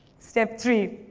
step three.